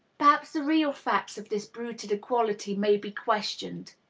perhaps the real facts of this bruited equality may be questioned.